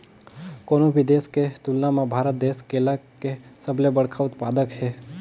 कोनो भी देश के तुलना म भारत देश केला के सबले बड़खा उत्पादक हे